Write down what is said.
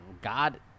God